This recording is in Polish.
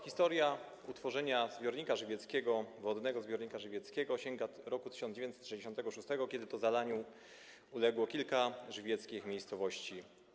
Historia utworzenia zbiornika żywieckiego, Żywieckiego Zbiornika Wodnego sięga roku 1966, kiedy to zalaniu uległo kilka żywieckich miejscowości.